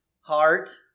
heart